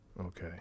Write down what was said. Okay